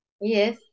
Yes